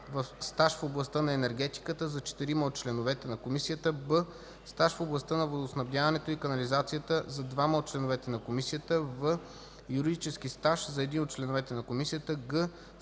а) стаж в областта на енергетиката – за четирима от членовете на комисията; б) стаж в областта на водоснабдяването и канализацията – за двама от членовете на комисията; в) юридически стаж – за един от членовете на комисията;